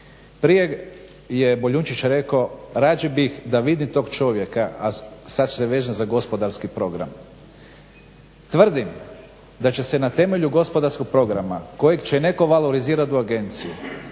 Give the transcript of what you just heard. Prije je Boljunčić rekao radije bih da vidim tog čovjeka, a sad se vežem za gospodarski program. Tvrdim da će se na temelju gospodarskog programa kojeg će netko valorizirat u agenciji,